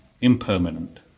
impermanent